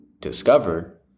discovered